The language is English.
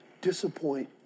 disappoint